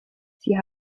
sie